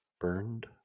Burned